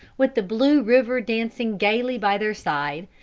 with the blue river dancing gaily by their side,